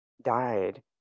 died